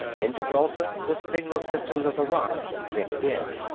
in gibraltar, the signal-systems of the rock went dead.